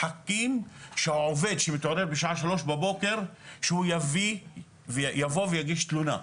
מחכים שהעובד שמתעורר בשעה שלוש בבוקר שהוא יבוא ויגיש תלונה,